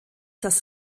das